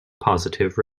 positive